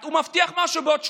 הוא מבטיח משהו בעוד שבועיים,